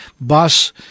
bus